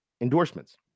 endorsements